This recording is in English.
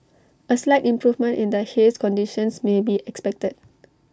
A slight improvement in the haze conditions may be expected